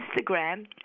Instagram